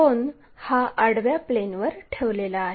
कोन हा आडव्या प्लेनवर ठेवलेला आहे